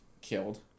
killed